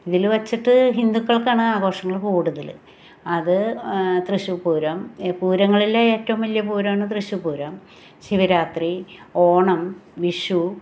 ഇതിൽ വെച്ചിട്ട് ഹിന്ദുക്കൾക്കാണ് ആഘോഷങ്ങൾ കൂടുതൽ അത് തൃശ്ശൂർ പൂരം പൂരങ്ങളിലെ ഏറ്റവും വലിയ പൂരമാണ് തൃശൂർ പൂരം ശിവരാത്രി ഓണം വിഷു